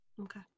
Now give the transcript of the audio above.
Okay